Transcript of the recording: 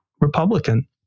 Republican